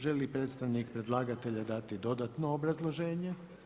Želi li predstavnik predlagatelja dati dodatno obrazloženje?